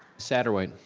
saterway.